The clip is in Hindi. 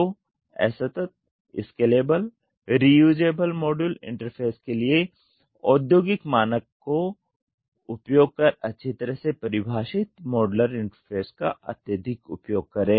तो असतत scalable reusable module interface के लिए औद्योगिक मानक का उपयोग कर अच्छी तरह से परिभाषित मॉड्यूलर इंटरफ़ेस का अत्यधिक उपयोग करें